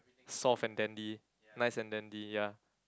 soft and dandy nice and dandy ya